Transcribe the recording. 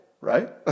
right